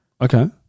okay